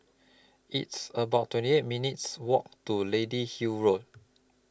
It's about twenty eight minutes' Walk to Lady Hill Road